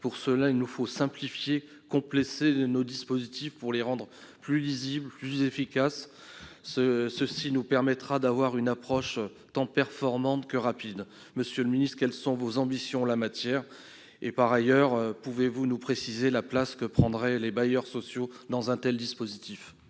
Pour cela il nous faut simplifier et compléter nos dispositifs pour les rendre plus lisibles et plus efficaces. Cela nous permettra d'avoir une approche tant performante que rapide. Monsieur le ministre, quelles sont vos ambitions en la matière ? Par ailleurs, pouvez-vous nous préciser la place que prendraient les bailleurs sociaux dans un tel dispositif ?